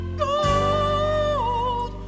gold